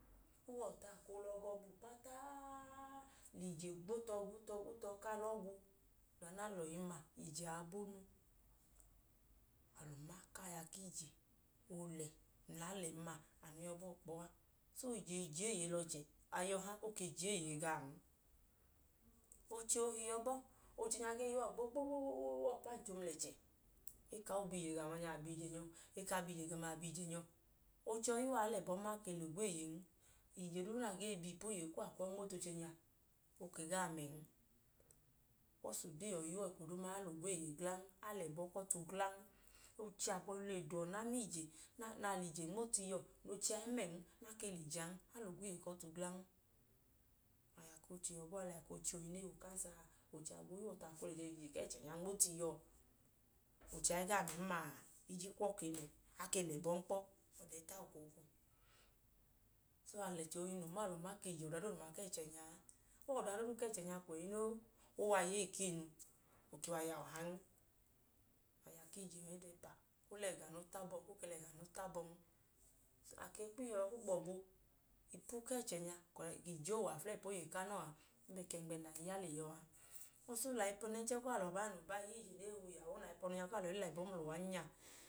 O huwọ ọtu a koo lẹ ọgọ bu kpataaaa, lẹ ije kpo tọ, kpo tọ, kpo tọ kaa lọọ gwu nẹ a lẹ ọyin ma, ije a bonu. Oolẹ nẹ a lẹn ma, anu yọ bọọ kpọ a. So, ije i je eeye lẹ ọchẹ, aya ọha, o ke je eeye lẹ ọchẹn. oche ohi yọ bọọ, oche nya gee ya uwọ gbogbogbogbo ọkpancho mla ẹchẹ, e ka awọ bi ije ga amanya, a bi ije nyọ, e ka awọ bi ije ga amu, a bi ije nyọ. Oche yọi ya uwọ, a lẹ ẹbọn a lẹ ogweeyen. Ije duu na gee bi ipu oyeyi kuwọ, a kwu ọọ i nmo tu oche oche nya bikọs ode yọi ya uwọ eko dooduma a lẹ ẹbọn. oche abọhinu le da uwọ nẹ a ma ije, nẹ a lẹ ije nmo tu iyuwọ, nẹ oche a i mẹn, a lẹ ogweeye ipu ọtu glan. A ke lẹ ije an, a lẹ ogweeye ipu ọtu glan. Ọma aya ku oche yọ bọọ a. oche ne i hi ukansa a, oche a gboo ya uwọ, a koo lẹ ije ku ẹchẹ nya nmo tu iyuwọ, oche a i gaa mẹn maa, ije kuwọ ke mẹ, a ke lẹ ẹbọn kpọ. Ọda ẹta okwookwu. So, achẹ ohi noo ma ka ije ọọ wẹ ọda doodu ku ẹchẹ nya a, o wẹ ọda doodu ku ẹchẹ nya kwẹyi noo. O wẹ aya ee ku iyinu, o ke wẹ aya ọhan. O lẹ ẹga noo tabọ, o ke lẹ ẹga noo tabọn. A ke kwu ọtuwọ i kwu gbọbu ipu ku ẹchẹ nya, ka ije oo wẹ aflẹyi ipu oyeyi ku anọọ a, ng ba ẹkẹngbẹ nẹ a i ya lẹ iyuwọ a. O lẹ ayipẹnẹnchẹ ku alọ noo ba i ya ije ne i hi uyahuu, nẹ anya ku alọ i lẹ ẹbọ nya